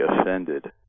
offended